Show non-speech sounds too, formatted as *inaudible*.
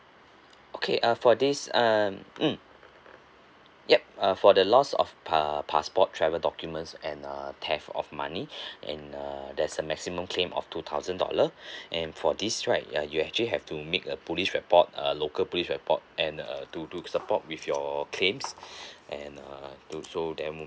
okay uh for these um mm yup uh for the loss of pa~ passport travel documents and uh theft of money in err there's a maximum claim of two thousand dollar *breath* and for this right uh you actually have to make a police report uh local police report and uh to to support with your claims and uh also then won't be